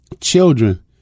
Children